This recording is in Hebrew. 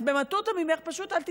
אז במטותא ממך פשוט אל תצעקי.